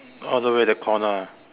all the way the corner ah